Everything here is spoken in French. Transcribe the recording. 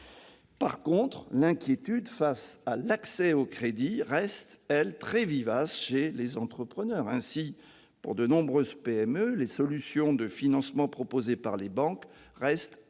revanche, l'inquiétude face à l'accès au crédit reste très vivace chez les entrepreneurs. Ainsi, pour de nombreuses PME, les solutions de financement proposées par les banques demeurent